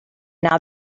now